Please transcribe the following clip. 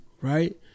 right